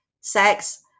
sex